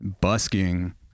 busking